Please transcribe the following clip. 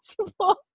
possible